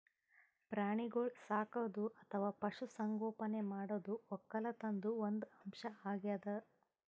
ಪ್ರಾಣಿಗೋಳ್ ಸಾಕದು ಅಥವಾ ಪಶು ಸಂಗೋಪನೆ ಮಾಡದು ವಕ್ಕಲತನ್ದು ಒಂದ್ ಅಂಶ್ ಅಗ್ಯಾದ್